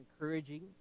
encouraging